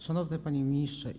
Szanowny Panie Ministrze!